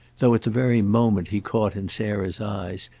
though at the very moment he caught in sarah's eyes,